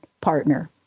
partner